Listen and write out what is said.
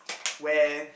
when